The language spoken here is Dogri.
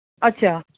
अच्छा